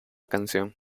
canción